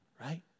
right